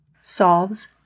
solves